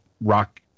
rock